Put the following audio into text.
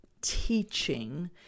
teaching